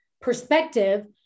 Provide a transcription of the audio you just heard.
perspective